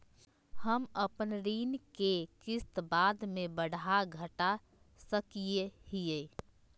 हम अपन ऋण के किस्त बाद में बढ़ा घटा सकई हियइ?